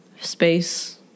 space